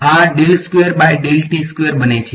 આ બને છે